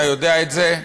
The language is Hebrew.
אתה יודע את זה,